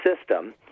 system